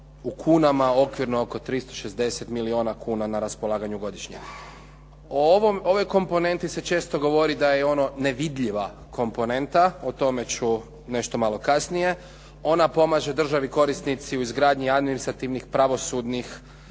u kunama okvirno oko 360 milijuna kuna na raspolaganju godišnje. O ovoj komponenti se često govori da je ono nevidljiva komponenta. O tome ću nešto malo kasnije. Ona pomaže državi korisnici u izgradnji administrativnih, pravosudnih